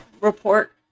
report